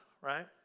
right